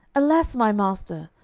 alas, my master!